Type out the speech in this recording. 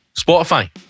Spotify